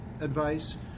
advice